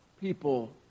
people